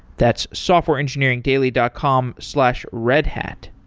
that's softwareengineeringdaily dot com slash redhat.